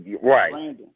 Right